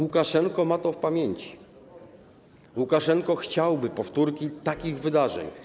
Łukaszenka ma to w pamięci, Łukaszenka chciałby powtórki takich wydarzeń.